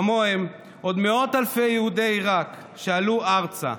וכמוהם עוד מאות אלפי יהודי עיראק עלו ארצה.